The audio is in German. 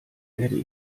werde